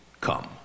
come